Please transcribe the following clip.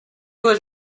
was